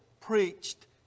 preached